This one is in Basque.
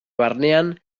barnean